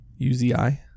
Uzi